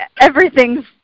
everything's